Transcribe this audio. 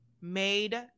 made